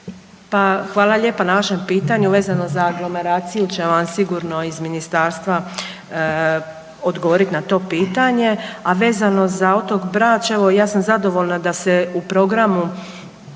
Hvala lijepa na vašem pitanju, vezano za aglomeraciju će vam sigurno iz ministarstva odgovorit na to pitanje. A vezano za otok Brač evo ja sam zadovoljna da se u programu,